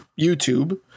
YouTube